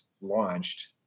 launched